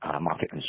market